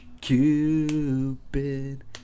Cupid